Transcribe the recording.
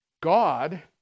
God